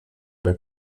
bas